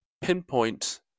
pinpoint